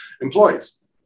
employees